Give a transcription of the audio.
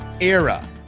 era